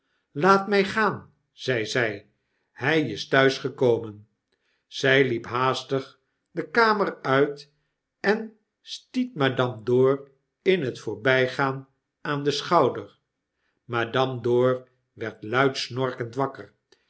laat mij gaan zeide zy hy isthuisgekomen zy liep haastigde kamer uit en stiet madame dor in het voorbijgaan aan den schouder madame dor werd mid snorkend wakker